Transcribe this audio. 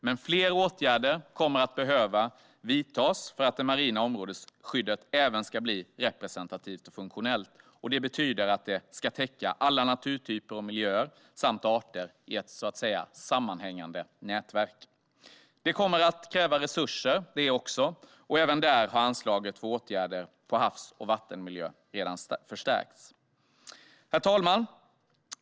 Men fler åtgärder kommer att behöva vidtas för att det marina områdesskyddet även ska bli representativt och funktionellt. Det betyder att det ska täcka alla naturtyper och miljöer samt arter i ett sammanhängande nätverk. Det kommer att kräva resurser det också, och även där har anslaget för åtgärder för havs och vattenmiljö redan förstärkts. Herr talman!